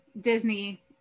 Disney